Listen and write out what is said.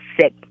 sick